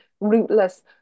rootless